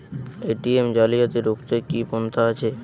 ATM জালিয়াতি রুখতে কি কি পন্থা আছে?